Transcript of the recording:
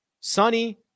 Sunny